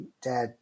Dad